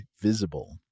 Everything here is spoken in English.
Visible